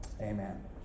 amen